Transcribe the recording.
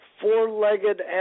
Four-legged